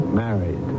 married